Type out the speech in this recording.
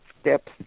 steps